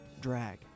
Drag